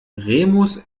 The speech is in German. remus